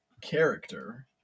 character